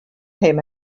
him